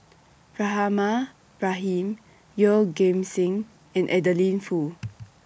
Rahimah Rahim Yeoh Ghim Seng and Adeline Foo